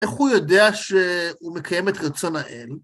איך הוא יודע שהוא מקיים את רצון האל?